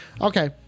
Okay